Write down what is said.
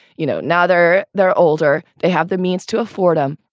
you know, now they're they're older. they have the means to afford them.